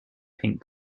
pink